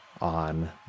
on